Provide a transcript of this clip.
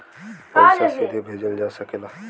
पइसा सीधे भेजल जा सकेला